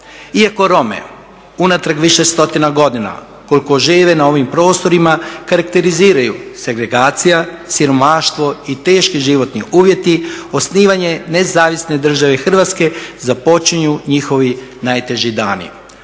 Iako Rome unatrag više stotina godina koliko žive na ovim prostorima karakteriziraju segregacija, siromaštvo i teški životni uvjeti osnivanje Nezavisne države Hrvatske započinju njihovi najteži dani.